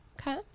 Okay